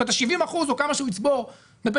את ה-70 אחוזים או כמה שהוא יצבור בפנסיה